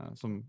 som